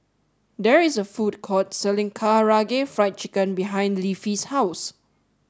there is a food court selling Karaage Fried Chicken behind Leafy's House